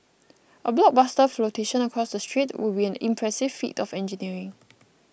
a blockbuster flotation across the strait would be an impressive feat of engineering